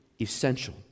essential